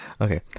Okay